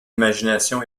imagination